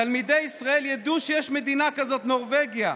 תלמידי ישראל ידעו שיש מדינה כזו נורבגיה.